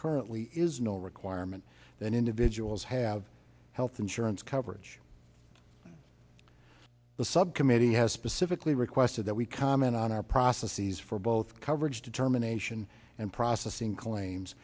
currently is no requirement that individuals have health insurance coverage the subcommittee has specifically requested that we comment on our processes for both coverage determination and processing claims